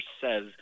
says